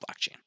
blockchain